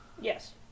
Yes